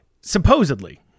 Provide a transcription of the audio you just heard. supposedly